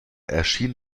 erschien